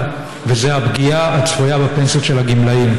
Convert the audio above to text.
וזה הפגיעה הצפויה בפנסיות של הגמלאים.